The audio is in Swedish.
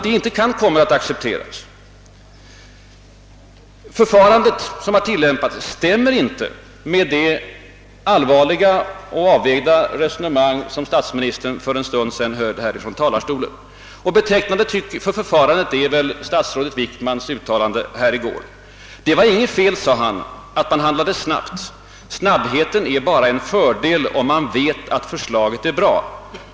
Det förfarande som tillämpats stämmer alltså inte med de allvarliga och avvägda resonemang som statsministern för en stund sedan förde från talarstolen. Betecknande för förfarandet är också statsrådet Wickmans uttalande i går. Det var inget fel, sade han, att man handlade snabbt; snabbheten är bara en fördel om man vet att förslaget är »bra».